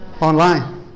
online